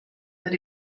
that